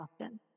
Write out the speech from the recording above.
often